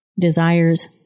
desires